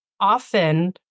often